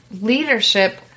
leadership